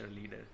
leader